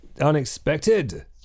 unexpected